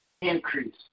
increase